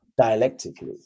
dialectically